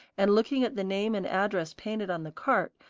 and looking at the name and address painted on the cart,